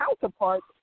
counterparts